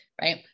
Right